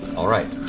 all right.